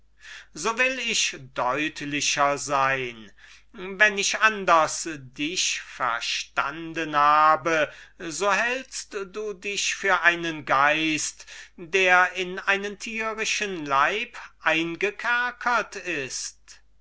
so will ich deutlicher sein wenn ich anders dich verstanden habe so hältst du dich für einen geist der in einen tierischen leib eingekerkert ist